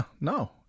no